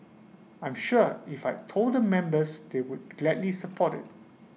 I'm sure if I had told the members they would gladly support IT